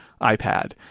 iPad